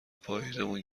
پاییزیمون